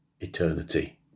eternity